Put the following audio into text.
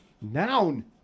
Noun